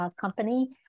company